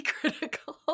critical